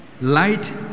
Light